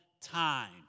time